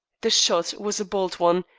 the shot was a bold one,